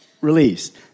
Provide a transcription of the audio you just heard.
released